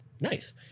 Nice